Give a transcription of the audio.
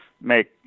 make